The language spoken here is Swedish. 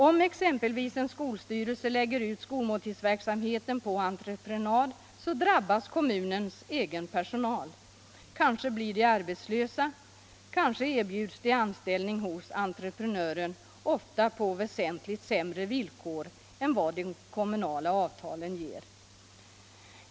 Om exempelvis en skolstyrelse lägger ut skolmåltidsverksamheten på entreprenad drabbas kommunens egen personal. Kanske blir de arbetslösa. Kanske erbjuds de anställning hos entreprenören, ofta på väsentligt sämre villkor än vad de kommunala avtalen ger.